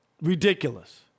Ridiculous